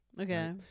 okay